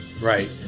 Right